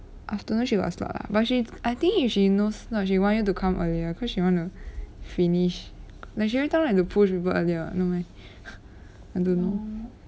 afternoon she got slot ah but she I think if she knows no if she wants you to come earlier cause she wanna finish like she everytime like to push people earlier [what] no meh I don't know